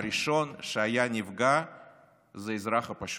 הראשון שהיה נפגע זה האזרח הפשוט.